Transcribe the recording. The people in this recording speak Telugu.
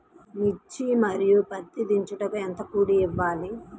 మిర్చి మరియు పత్తి దించుటకు ఎంత కూలి ఇవ్వాలి?